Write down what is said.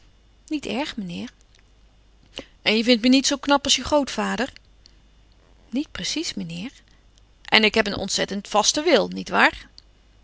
niet erg mijnheer en je vindt me niet zoo knap als je grootvader niet precies mijnheer en ik heb een ontzettend vasten wil